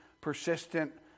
persistent